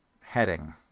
heading